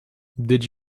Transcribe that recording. did